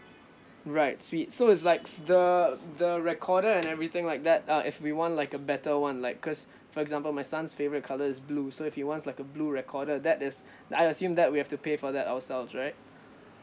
right sweet so it's like f~ the the recorder and everything like that uh if we want like a better one like cause for example my son's favourite colour is blue so if he wants like a blue recorder that is I assume that we have to pay for that ourselves right